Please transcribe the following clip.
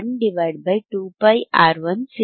fH ಅಥವಾ fC2 1 2πR2C3